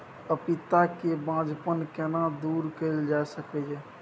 पपीता के बांझपन केना दूर कैल जा सकै ये?